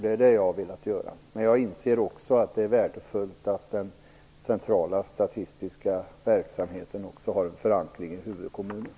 Det har jag velat göra, men jag inser också att det är värdefullt att den centrala statistiska verksamheten har en förankring i huvudkommunen.